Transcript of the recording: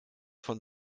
von